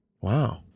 Wow